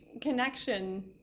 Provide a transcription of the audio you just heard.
connection